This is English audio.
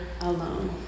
alone